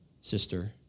sister